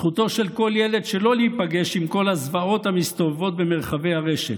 זכותו של כל ילד שלא להיפגש עם כל הזוועות המסתובבות במרחבי הרשת.